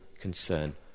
concern